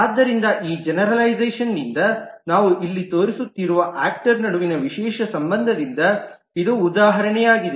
ಆದ್ದರಿಂದ ಈ ಜೆನೆರಲೈಝಷನ್ನಿಂದ ನಾವು ಇಲ್ಲಿ ತೋರಿಸುತ್ತಿರುವ ಆಕ್ಟರ್ ನಡುವಿನ ವಿಶೇಷ ಸಂಬಂಧದಿಂದ ಇದು ಉದಾಹರಣೆಯಾಗಿದೆ